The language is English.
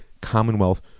commonwealth